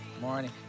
Morning